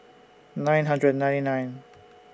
nine hundred nine nine